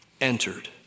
entered